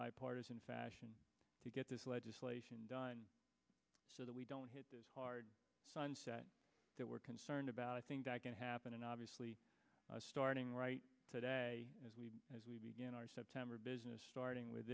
bipartisan fashion to get this legislation done so that we don't hit hard that we're concerned about i think that can happen and obviously starting right today as we as we begin our september business starting with